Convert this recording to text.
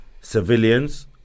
civilians